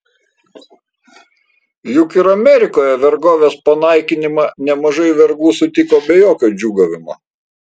juk ir amerikoje vergovės panaikinimą nemažai vergų sutiko be jokio džiūgavimo